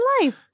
life